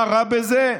מה רע בזה?